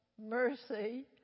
mercy